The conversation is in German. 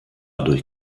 durch